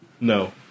No